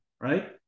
right